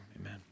amen